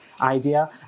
idea